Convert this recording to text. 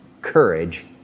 courage